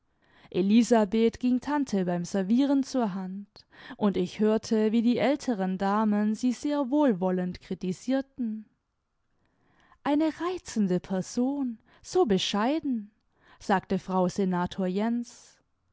elisabeth ging tante beim servieren zur hand und ich hörte wie die älteren damen sie sehr wohlwollend kritisierten eine reizende person so bescheiden sagte frau senator jens